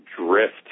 drift